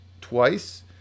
twice